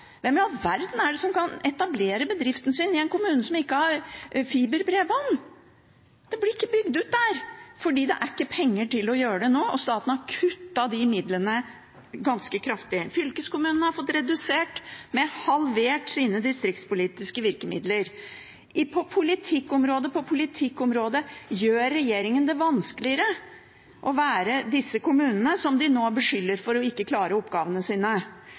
Hvem i all verden er det som kan etablere bedriften i en kommune som ikke har fiberbredbånd? Det blir ikke bygd ut der fordi det ikke er penger til å gjøre det nå, og staten har kuttet i de midlene ganske kraftig. Fylkeskommunen har fått halvert sine distriktspolitiske virkemidler. På politikkområde etter politikkområde gjør regjeringen det vanskeligere å være disse kommunene, som de nå beskylder for ikke å klare oppgavene sine.